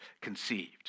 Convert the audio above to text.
conceived